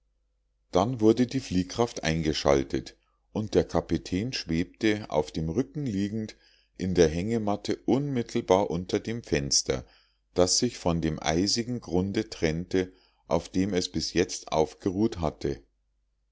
dann wurde die fliehkraft eingeschaltet und der kapitän schwebte auf dem rücken liegend in der hängematte unmittelbar unter dem fenster das sich von dem eisigen grunde trennte auf dem es bis jetzt aufgeruht hatte